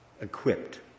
equipped